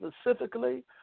specifically